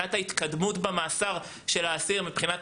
ומבחינת ההתקדמות של המאסר של האסיר מבחינת